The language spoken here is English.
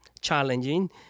challenging